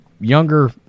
younger